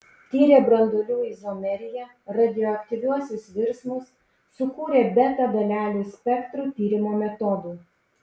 tyrė branduolių izomeriją radioaktyviuosius virsmus sukūrė beta dalelių spektrų tyrimo metodų